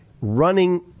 running